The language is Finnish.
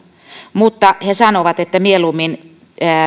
mutta he sanovat että mieluummin